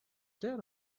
that